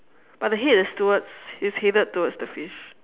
but the head is towards it's headed towards the fish